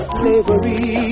slavery